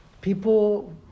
people